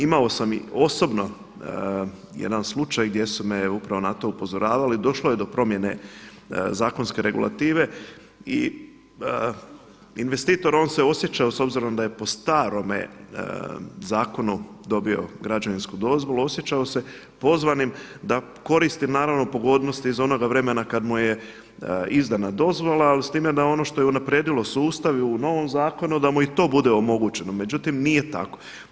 Imao sam i osobno jedan slučaj gdje su me upravo na to upozoravali, došlo je do promjene zakonske regulative i investitor on se osjećao s obzirom da je po starome zakonu dobio građevinsku dozvolu, osjećao se pozvanim da koristi naravno pogodnosti iz onoga vremena kada mu je izdana dozvola, ali s time da je ono što je unaprijedilo sustav i u novom zakonu da mu i to bude omogućeno, međutim nije tako.